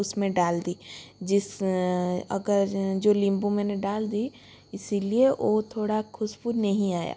उसमें डाल दी जिस अगर जो निम्बू मैंने डाल दी इसलिए वह थोड़ा खुशबू नहीं आया